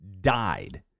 died